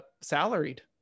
salaried